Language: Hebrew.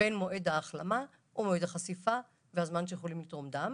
בין מועד ההחלמה או החשיפה והזמן שיכולים לתרום דם.